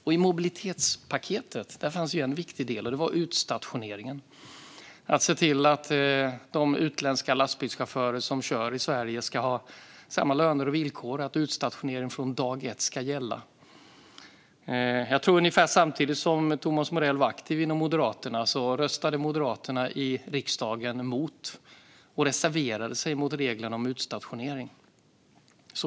I mobilitetspaketet fanns en viktig del, och det var utstationeringen - att se till att de utländska lastbilschaufförer som kör i Sverige ska ha samma löner och villkor och att utstationering från dag ett ska gälla. Ungefär samtidigt som Thomas Morell var aktiv inom Moderaterna röstade man i riksdagen och reserverade sig mot reglerna om utstationering.